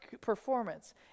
performance